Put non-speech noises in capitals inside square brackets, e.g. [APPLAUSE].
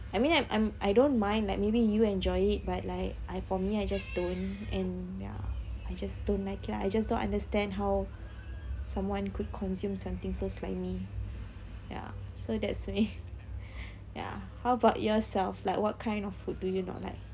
I mean like I'm I don't mind like may be you enjoy it but like I for me I just don't en~ ya I just don't like it I just don't understand how someone could consume something so slimy ya so that's me [LAUGHS] ya how about yourself what kind of food do you not like